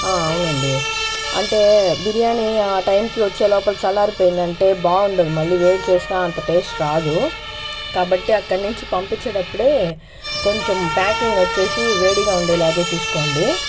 అవునండి అంటే బిర్యానీ ఆ టైంకి వచ్చే లోపల చల్లారిపోయిందంటే బాగుండదు మళ్ళీ వేడి చేసినా అంత టేస్ట్ రాదు కాబట్టి అక్కడి నుంచి పంపించేటప్పుడే కొంచెం ప్యాకింగ్ వచ్చేసి వేడిగా ఉండేలాగే చూసుకోండి